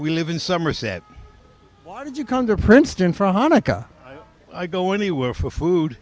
we live in somerset why did you come to princeton for hanukkah i go anywhere for food